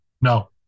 No